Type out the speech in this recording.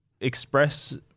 express